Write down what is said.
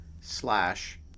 slash